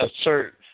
assert